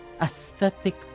aesthetic